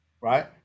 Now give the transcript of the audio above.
Right